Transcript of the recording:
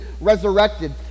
resurrected